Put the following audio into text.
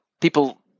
People